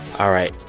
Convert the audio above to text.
all right.